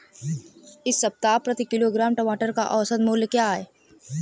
इस सप्ताह प्रति किलोग्राम टमाटर का औसत मूल्य क्या है?